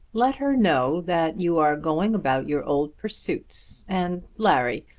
let her know that you are going about your old pursuits. and, larry,